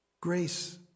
Grace